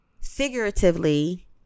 figuratively